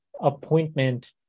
appointment